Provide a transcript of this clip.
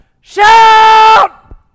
shout